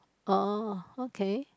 oh okay